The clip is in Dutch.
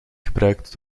gebruikt